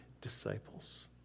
disciples